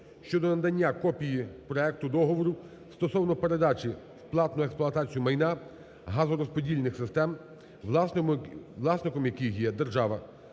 щодо надання копії проекту договору стосовно передачі в платну експлуатацію майна газорозподільних систем, власником яких є держава,